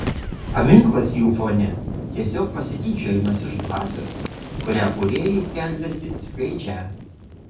paminklas jų fone tiesiog pasityčiojimas iš dvasios kurią kūrėjai skelbiasi skleidžią